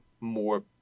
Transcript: more